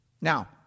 Now